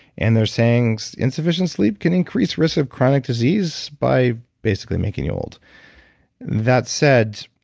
and they're saying insufficient sleep can increase risk of chronic disease by basically making you old that said,